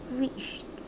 which